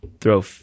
throw